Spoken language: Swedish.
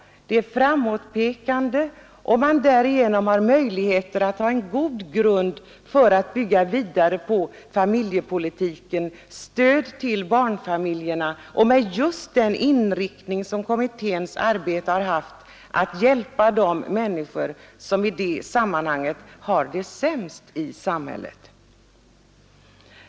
Det är framåtpekande och det ger en god grund att bygga vidare på för det familjepolitiska stödet till barnfamiljerna, med just den inriktning som kommittén haft, att hjälpa de familjer som har det sämst i samhället.